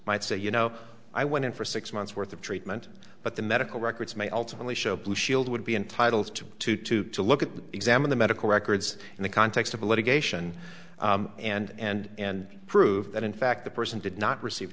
might say you know i went in for six months worth of treatment but the medical records may ultimately show blue shield would be entitled to two two to look at the exam of the medical records in the context of litigation and prove that in fact the person did not receive